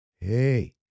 Hey